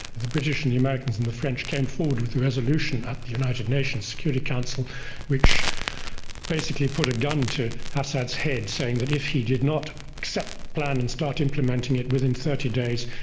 the british and the americans and the french came forward with the resolution at the united nations security council which basically put a gun to assad's head, saying that if he did not accept the plan and start implementing it within thirty days,